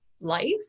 life